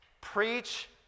Preach